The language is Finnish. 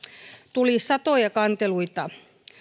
tuli satoja kanteluita